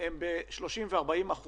הן ב-30% ו-40%